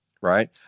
right